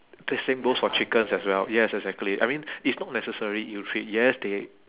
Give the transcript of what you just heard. the same goes for chickens as well yes exactly I mean it's not necessary ill treat yes they